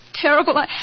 terrible